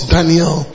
Daniel